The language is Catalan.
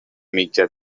mitja